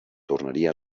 tornaria